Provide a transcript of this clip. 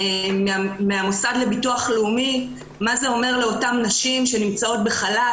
מהמוסד לביטוח לאומי מה זה אומר לאותן נשים שנמצאות בחל"ת,